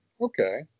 Okay